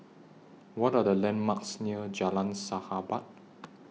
What Are The landmarks near Jalan Sahabat